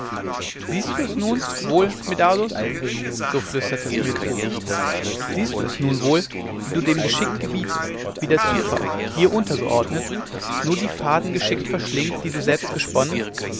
siehst du es nun wohl medardus so flüsterte es mir zu siehst du es nun wohl wie du dem geschick gebietest wie der zufall dir untergeordnet nur die faden geschickt verschlingt die du selbst gesponnen